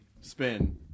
spin